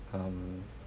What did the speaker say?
um